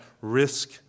risk